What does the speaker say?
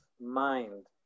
mind